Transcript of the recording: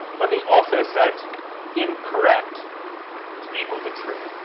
let me also set incorrect to be equal to true.